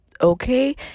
Okay